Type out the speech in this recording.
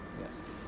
Yes